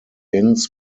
ins